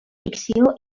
ficció